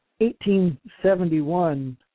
1871